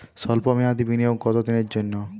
সল্প মেয়াদি বিনিয়োগ কত দিনের জন্য?